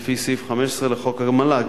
לפי סעיף 15 לחוק המל"ג.